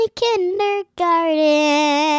kindergarten